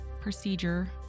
procedure